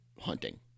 hunting